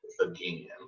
again